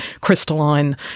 crystalline